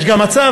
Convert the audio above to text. יש גם מצב